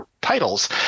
titles